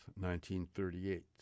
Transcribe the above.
1938